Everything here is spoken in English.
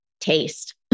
taste